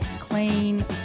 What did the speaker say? clean